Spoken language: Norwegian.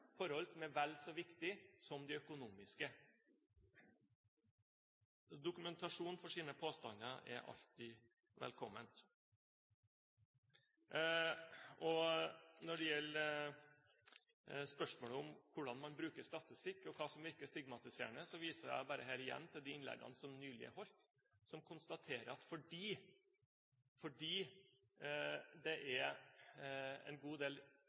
forhold er vel så viktige som de økonomiske. Dokumentasjon for påstander er alltid velkommen. Når det gjelder spørsmålet om hvordan man bruker statistikk, og hva som virker stigmatiserende, viser jeg igjen til de innleggene som nylig er holdt, og der det konstateres at fordi det er en god del